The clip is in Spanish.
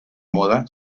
moda